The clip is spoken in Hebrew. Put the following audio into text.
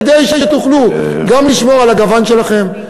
כדי שתוכלו גם לשמור על הגוון שלכם,